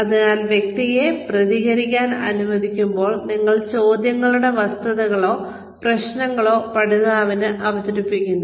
അതിനാൽ വ്യക്തിയെ പ്രതികരിക്കാൻ അനുവദിക്കുമ്പോൾ നിങ്ങൾ ചോദ്യങ്ങളുടെ വസ്തുതകളോ പ്രശ്നങ്ങളോ പഠിതാവിന് അവതരിപ്പിക്കുന്നു